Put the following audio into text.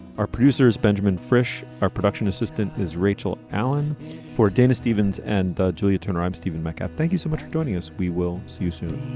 our producers benjamin fresh our production assistant is rachel allen for dana stevens and julia turner. i'm stephen metcalf. thank you so much for joining us. we will see you soon